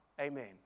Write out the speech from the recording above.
Amen